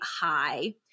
high